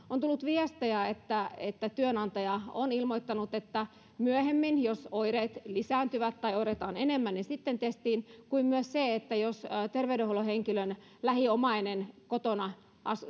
on tullut viestejä että että työnantaja on ilmoittanut että myöhemmin jos oireet lisääntyvät tai oireita on enemmän niin sitten testiin kuin myös siitä että jos terveydenhuollon henkilön lähiomainen kotona